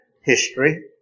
history